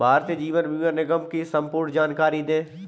भारतीय जीवन बीमा निगम की संपूर्ण जानकारी दें?